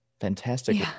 Fantastic